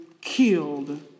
killed